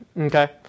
Okay